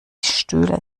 stühle